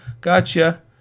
gotcha